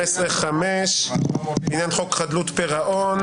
בעניין חוק חדלות פירעון.